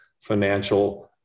financial